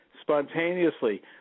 spontaneously